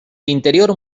interior